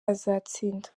azatsinda